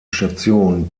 station